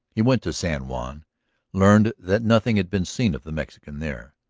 he went to san juan learned that nothing had been seen of the mexican there,